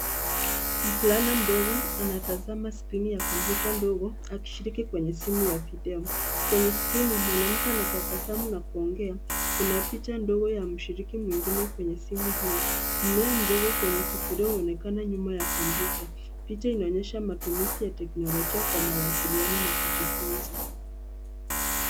Mvulana mdogo anatazama skirini ya kompyuta ndogo akishiriki kwenye simu ya video. Kwenye skrini mwanamke anatabasamu na kuongea. Kuna picha ndogo ya mshiriki mwingine kwenye simu hii. Mmea mdogo kwenye sufuria unaonekana nyuma ya kompyuta. Picha inaonyesha matumizi ya teknolojia kwa mawasiliano na kujifunza.